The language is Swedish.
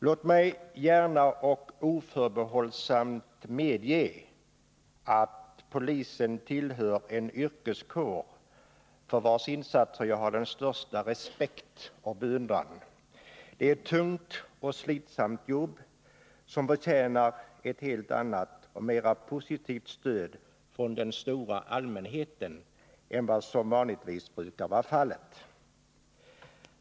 Låt mig gärna och oförbehållsamt medge att poliserna utgör en yrkeskår för vars insatser jag hyser den största respekt och beundran. Det är tungt och slitsamt jobb som förtjänar ett helt annat och mera positivt stöd från den stora allmänheten än vad som vanligtvis brukar vara fallet.